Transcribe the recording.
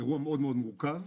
אירוע מאוד-מאוד מורכב,